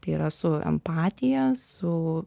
tai yra su empatija su